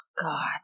God